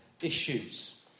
issues